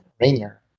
Rainier